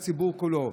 הציבור כולו,